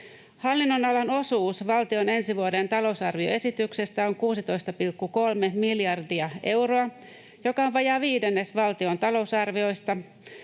Hallinnonalan osuus valtion ensi vuoden talousarvioesityksestä on 16,3 miljardia euroa, joka on vajaa viidennes valtion talousarviosta